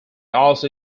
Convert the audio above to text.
also